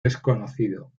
desconocido